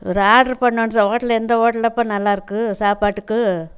ஒரு order பன்னணும் hotel எந்த ஹோட்டல்லப்பா நல்லாயிருக்கும் சாப்பாட்டுக்கு